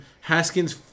Haskins